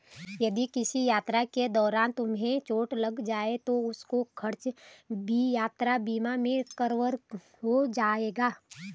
यदि किसी यात्रा के दौरान तुम्हें चोट लग जाए तो उसका खर्च भी यात्रा बीमा में कवर हो जाएगा